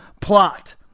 plot